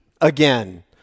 again